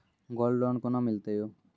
Gold loan कोना के मिलते यो?